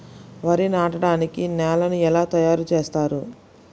వరి నాటడానికి నేలను ఎలా తయారు చేస్తారు?